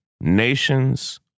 nations